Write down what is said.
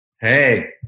Hey